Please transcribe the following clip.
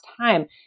time